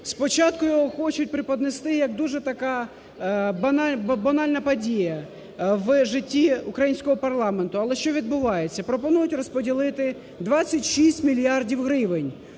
Спочатку його хочуть преподнести як дуже таке банальне пад'є в житті українського парламенту. Але, що відбувається. Пропонують розподілити 26 мільярдів гривень.